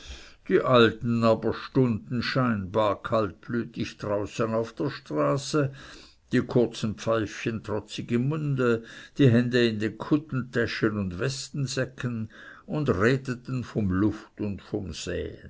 die alten aber stunden scheinbar kaltblütig draußen auf der straße die kurzen pfeifchen trotzig im munde die hände in den kuttentäschen und westensäcken und redeten vom luft und vom säen